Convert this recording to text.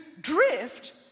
drift